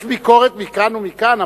יש ביקורת מכאן ומכאן,